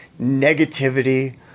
negativity